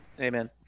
amen